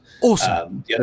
Awesome